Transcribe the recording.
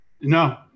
No